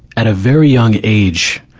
at a very young age,